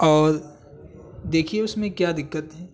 اور دیکھیے اس میں کیا دقت ہے